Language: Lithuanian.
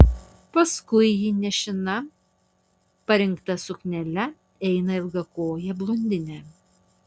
paskui jį nešina parinkta suknele eina ilgakojė blondinė